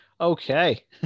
okay